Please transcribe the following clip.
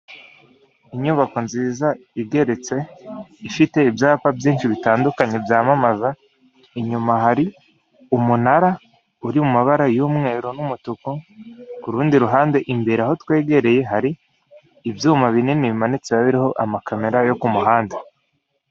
Inyubako nziza igeretse ifite ibyapa byinshi bitandukanye byamamaza, inyuma hari umunara uri mu mabara y'umweru n'umutuku, ku rundi ruhande imbere aho twegereye hari ibyuma binini bimanitse biba biriho amakamera yo ku muhanda.